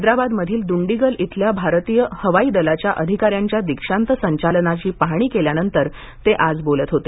हैदराबादमधील दुंडिगल इथल्या भारतीय हवाई दलाच्या अधिकाऱ्यांच्या दीक्षांत संचालनाची पाहणी केल्यानंतर ते आज बोलत होते